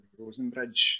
Rosenbridge